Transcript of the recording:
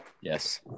Yes